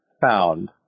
found